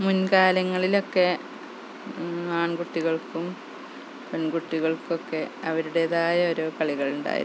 മുൻ കാലങ്ങളിലൊക്കെ ആൺകുട്ടികൾക്കും പെൺകുട്ടികൾക്കൊക്കെ അവരുടേതായോരോ കളികളുണ്ടായിരുന്നു